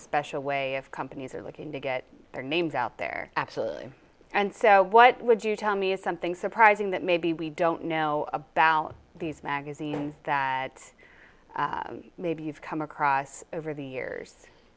special way of companies are looking to get their names out there absolutely and so what would you tell me something surprising that maybe we don't know about these magazines that maybe you've come across over the years